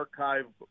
archive